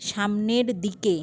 সামনের দিকে